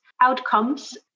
outcomes